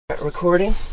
Recording